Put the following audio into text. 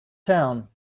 town